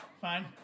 fine